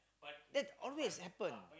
that always happen